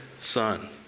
son